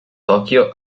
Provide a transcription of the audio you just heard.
tokyo